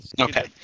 Okay